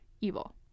evil